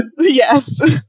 Yes